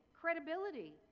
credibility